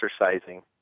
exercising